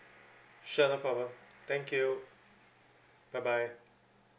sure no problem thank you bye bye